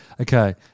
Okay